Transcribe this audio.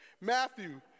Matthew